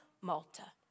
Malta